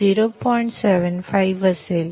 ७५ असेल